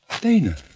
Dana